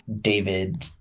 David